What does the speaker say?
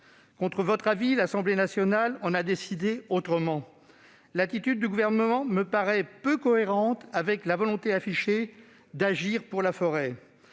Contre votre avis, l'Assemblée nationale en a décidé autrement. L'attitude du Gouvernement me paraît peu cohérente avec la volonté affichée d'agir pour la forêt.